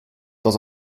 dans